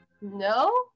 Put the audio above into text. no